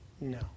No